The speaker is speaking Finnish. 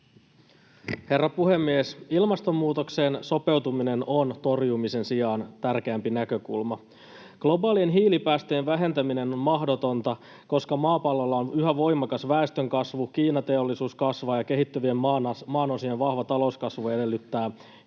Herra puhemies! Ilmastonmuutokseen sopeutuminen on torjumisen sijaan tärkeämpi näkökulma. Globaalien hiilipäästöjen vähentäminen on mahdotonta, koska maapallolla on yhä voimakas väestönkasvu, Kiina-teollisuus kasvaa ja kehittyvien maanosien vahva talouskasvu edellyttää hiilipäästöjen